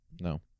No